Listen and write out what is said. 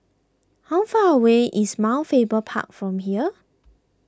how far away is Mount Faber Park from here